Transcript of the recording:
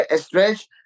stretch